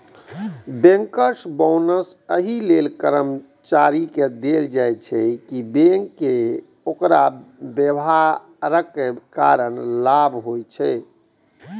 bankers bonus एहि लेल कर्मचारी कें देल जाइ छै, कि बैंक कें ओकर व्यवहारक कारण लाभ होइ छै